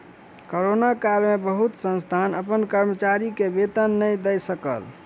corona काल में बहुत संस्थान अपन कर्मचारी के वेतन नै दय सकल